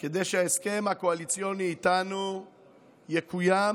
כדי שההסכם הקואליציוני איתנו יקוים